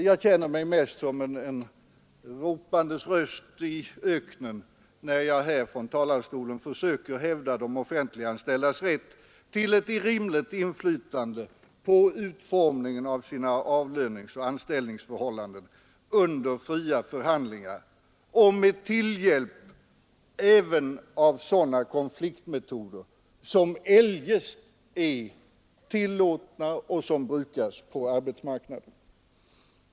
Jag känner mig mest som en ropandes röst i öknen, när jag här från talarstolen försöker hävda de offentliganställdas rätt till rimligt inflytande på utformningen av sina avlöningsoch anställningsförhållanden under fria förhandlingar och med tillhjälp även av sådana konfliktmetoder som eljest är tillåtna och som brukas på arbetsmarknaden.